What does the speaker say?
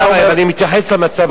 כי אתה אומר, אני מתייחס למצב היום.